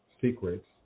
secrets